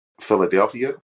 Philadelphia